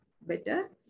better